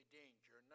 danger